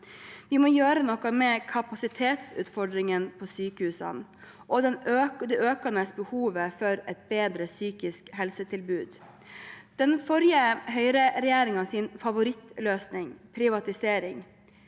Vi må gjøre noe med kapasitetsutfordringene på sykehusene og det økende behovet for et bedre psykisk helsetilbud. Den forrige regjeringens, høyreregjeringens, favorittløsning, privatisering,